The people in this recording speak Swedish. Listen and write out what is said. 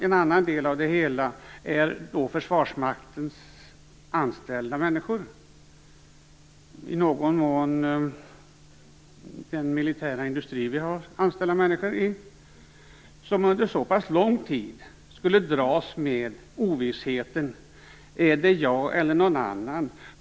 En annan del av det hela är Försvarsmaktens anställda människor, samt i någon mån de människor som är anställda i vår militära industri, som under så pass lång tid skulle dras med ovissheten: Är det jag eller någon annan?